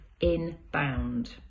inbound